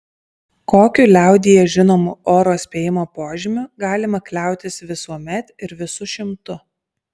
kokiu liaudyje žinomu oro spėjimo požymiu galima kliautis visuomet ir visu šimtu